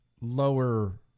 lower